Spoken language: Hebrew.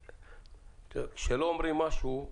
כשלא אומרים משהו,